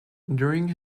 during